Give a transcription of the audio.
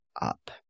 up